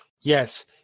Yes